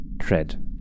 Tread